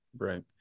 Right